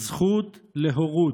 "הזכות להורות"